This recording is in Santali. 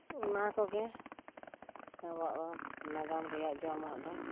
ᱚᱱᱟ ᱠᱚᱜᱮ ᱟᱵᱚᱣᱟᱜ ᱫᱚ ᱱᱟᱜᱟᱢ ᱨᱮᱭᱟᱜ ᱡᱚᱢᱟᱜ ᱫᱚ